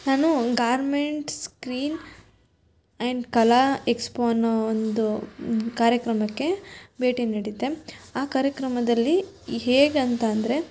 ನಾನು garment screen and Kala expo ಅನ್ನೋ ಒಂದು ಕಾರ್ಯಕ್ರಮಕ್ಕೆ ಭೇಟಿ ನೀಡಿದ್ದೆ ಆ ಕಾರ್ಯಕ್ರಮದಲ್ಲಿ ಇ ಹೇಗಂತಂದರೆ